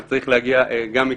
זה צריך להגיע גם מכם,